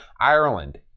Ireland